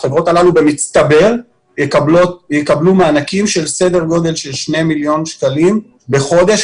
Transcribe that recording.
החברות הללו במצטבר יקבלו מענקים בסדר גודל של שני מיליון שקלים בחודש,